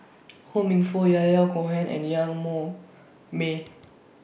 Ho Minfong Yahya Cohen and Yan Mong May